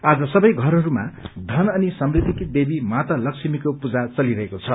आज सबै घरहरूमा धन अनि समृद्धिकी देवी माता लक्ष्मीको पूजा चलिरहेको छ